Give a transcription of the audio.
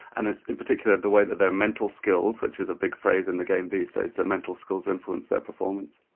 and in in particular, the way that their mental skills, which is a big phrase in the game these days, their mental skills influence their performance.